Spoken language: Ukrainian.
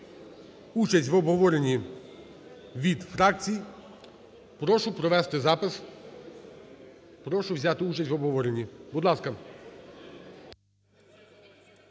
участь в обговоренні від фракцій, прошу провести запис, прошу взяти участь в обговоренні, будь ласка.